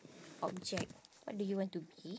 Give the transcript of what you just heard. object what do you want to be